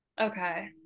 Okay